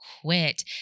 quit